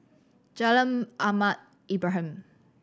Jalan Ahmad Ibrahim